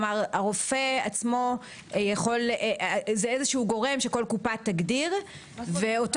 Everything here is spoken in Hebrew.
זהו איזה שהוא גורם שכל קופה תגדיר, ואותו